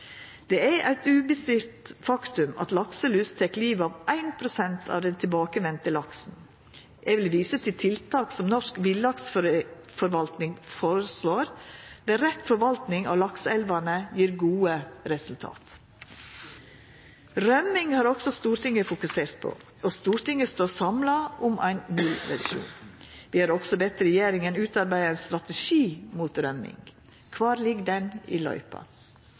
Det er eit uomstridd faktum at lakselus tek livet av 1 pst. av den tilbakevende laksen. Eg vil visa til tiltak som Norsk Villaksforvaltning føreslår, der rett forvaltning av lakseelvane gjev gode resultat. Rømming har Stortinget òg fokusert på, og Stortinget står samla om ein nullvisjon. Vi har òg bedt regjeringa utarbeida ein strategi mot rømming. Kvar ligg han i løypa?